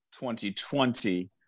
2020